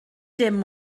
dim